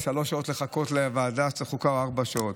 שלוש שעות לחכות לוועדת החוקה, או ארבע שעות.